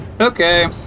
Okay